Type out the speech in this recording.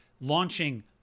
Launching